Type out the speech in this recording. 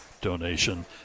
donation